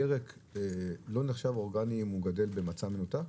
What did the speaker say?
ירק לא נחשב אורגני אם הוא גדל במצע מנותק?